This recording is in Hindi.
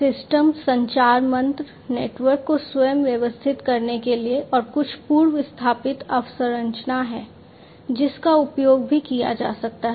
सिस्टम संचार मंच नेटवर्क को स्वयं व्यवस्थित करने के लिए और कुछ पूर्व स्थापित अवसंरचना है जिसका उपयोग भी किया जा सकता है